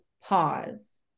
pause